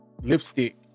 lipstick